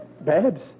Babs